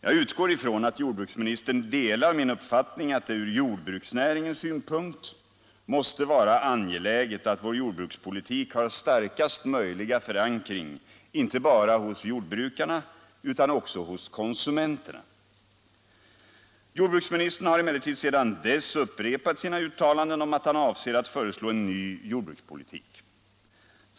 Jag utgår ifrån att jordbruksministern delar min uppfattning att det från jordbruksnäringens synpunkt måste vara angeläget att vår jordbrukspolitik har starkast möjliga förankring inte bara hos jordbrukarna utan också hos konsumenterna. Jordbruksministern har emellertid sedan dess upprepat sina uttalanden om att han avser att föreslå en ny jordbrukspolitik.